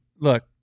look